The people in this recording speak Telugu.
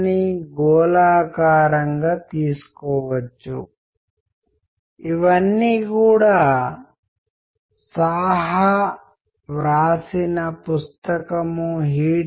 నేను ఇవ్వబోతున్న ప్రతి అంశానికి సంబంధించి మీకు కీలక అంశాల సంక్షిప్త సారాంశం ఉంటుంది మీరు ఎల్లప్పుడూ త్వరగా చూడవచ్చు మీ జ్ఞాపకాలను గారడీ చేయడానికి